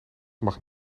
mag